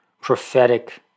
prophetic